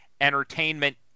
entertainment